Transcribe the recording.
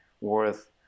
worth